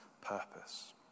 purpose